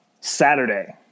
Saturday